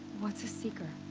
what's a seeker?